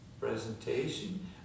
presentation